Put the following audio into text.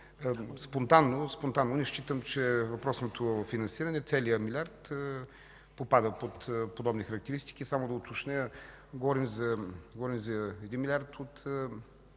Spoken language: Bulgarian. Спонтанно, не считам, че въпросното финансиране, целият милиард попада под подобни характеристики. Само да уточня, говорим за 1 милиард от